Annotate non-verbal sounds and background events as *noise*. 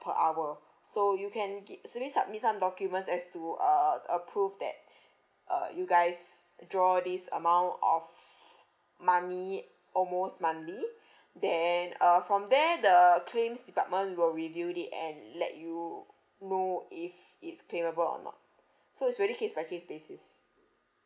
per hour so you can gi~ submit me some documents as to uh approve that *breath* uh you guys draw this amount of money almost monthly *breath* then uh from there the claims department will review it and let you know if it's claimable or not so it's really case by case basis